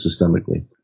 systemically